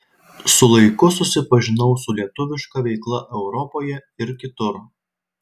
su laiku susipažinau su lietuviška veikla europoje ir kitur